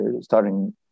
starting